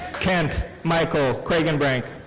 kent michael kragenbrink.